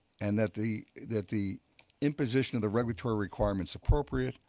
and that the that the imposition of the regulatory requirement is appropriate,